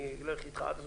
אני הולך איתך עד הסוף,